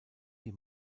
die